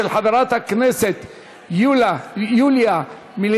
של חברת הכנסת יוליה מלינובסקי,